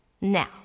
Now